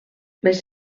les